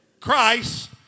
Christ